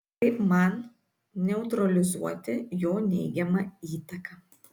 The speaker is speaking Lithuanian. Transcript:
kaip man neutralizuoti jo neigiamą įtaką